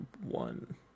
one